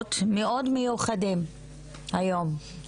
ואורחות מאוד מיוחדים היום,